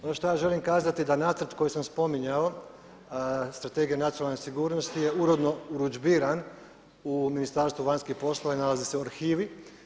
Ono što ja želim kazati da nacrt koji sam spominjao, Strategija nacionalne sigurnosti je uredno urudžbiran u Ministarstvu vanjskih poslova i nalazi se u arhivi.